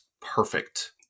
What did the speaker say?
perfect